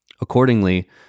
Accordingly